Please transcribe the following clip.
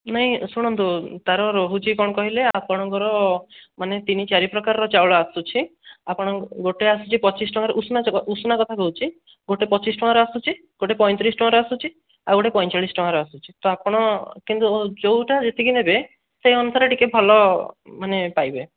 ନାଇଁ ଶୁଣନ୍ତୁ ତା'ର ରହୁଛି କ'ଣ କହିଲେ ଆପଣଙ୍କର ମାନେ ତିନି ଚାରି ପ୍ରକାରର ଚାଉଳ ଆସୁଛି ଆପଣଙ୍କ ଗୋଟେ ଆସୁଛି ପଚିଶ ଟଙ୍କାର ଉଷୁନା ଉଷୁନା କଥା କହୁଛି ଗୋଟେ ପଚିଶ ଟଙ୍କାର ଆସୁଛି ଗୋଟେ ପଇଁତିରିଶ ଟଙ୍କାର ଆସୁଛି ଆଉ ଗୋଟେ ପଇଁଚାଳିଶ ଟଙ୍କାର ଆସୁଛି ତ ଆପଣ କିନ୍ତୁ ଯେଉଁଟା ଯେତିକି ନେବେ ସେ ଅନୁସାରେ ଟିକିଏ ଭଲ ମାନେ ପାଇବେ